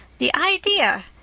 the idea!